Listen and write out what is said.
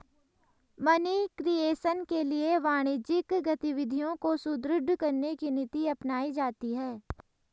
money creation के लिए वाणिज्यिक गतिविधियों को सुदृढ़ करने की नीति अपनाई जाती है